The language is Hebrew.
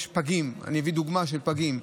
אני מביא דוגמה של פגים,